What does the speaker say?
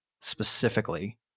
specifically